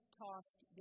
tossed